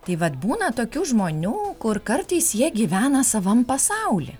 tai vat būna tokių žmonių kur kartais jie gyvena savam pasauly